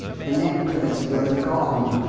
the necklace was gone!